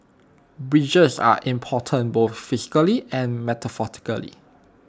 bridges are important both physically and metaphorically